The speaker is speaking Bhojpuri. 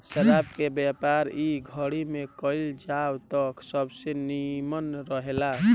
शराब के व्यापार इ घड़ी में कईल जाव त सबसे निमन रहेला